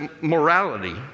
morality